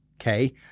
Okay